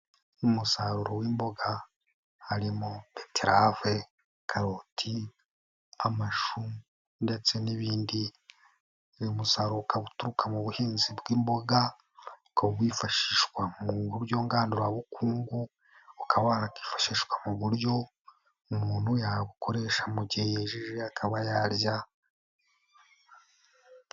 Umusaruro w'imboga harimo betarave, karoti, amashumbu ndetse n'ibindi, uyu musaruro ukaba uturuka mu buhinzi bw'imboga, ukaba wifashishwa mu buryo nngandurabukungu, ukaba wanakifashishwa mu buryo umuntu yawukoresha mu gihe yejeje akaba yarya.